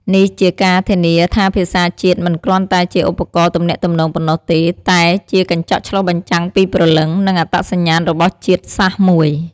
នេះជាការធានាថាភាសាជាតិមិនគ្រាន់តែជាឧបករណ៍ទំនាក់ទំនងប៉ុណ្ណោះទេ តែជាកញ្ចក់ឆ្លុះបញ្ចាំងពីព្រលឹង និងអត្តសញ្ញាណរបស់ជាតិសាសន៍មួយ។